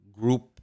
group